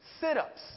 Sit-ups